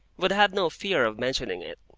would have no fear of mentioning it